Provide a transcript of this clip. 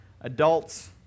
Adults